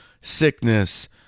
sickness